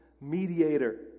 mediator